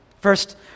First